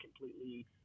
completely